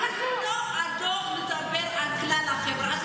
את לא מדברת על כלל החברה.